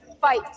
fight